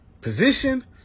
position